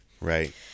Right